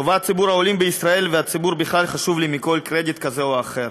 טובת ציבור העולים בישראל והציבור בכלל חשובה לי מכל קרדיט כזה או אחר.